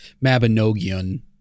Mabinogion